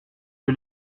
que